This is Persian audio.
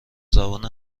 زبان